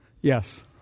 yes